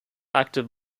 active